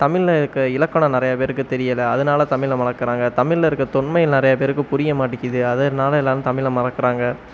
தமிழில் இருக்க இலக்கணம் நிறையா பேருக்கு தெரியலை அதனால் தமிழை மறக்கிறாங்க தமிழில் இருக்க தொன்மை நிறையா பேருக்கு புரிய மாட்டேக்கிது அதனால் எல்லாரும் தமிழை மறக்கிறாங்க